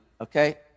okay